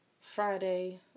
Friday